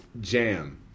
Jam